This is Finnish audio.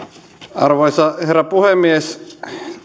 arvoisa herra puhemies